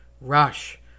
rush